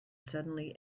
suddenly